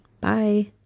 Bye